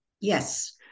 Yes